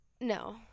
No